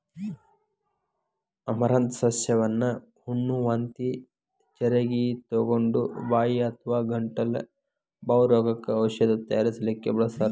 amaranth ಸಸ್ಯವನ್ನ ಹುಣ್ಣ, ವಾಂತಿ ಚರಗಿತೊಗೊಂಡ, ಬಾಯಿ ಅಥವಾ ಗಂಟಲ ಬಾವ್ ರೋಗಕ್ಕ ಔಷಧ ತಯಾರಿಸಲಿಕ್ಕೆ ಬಳಸ್ತಾರ್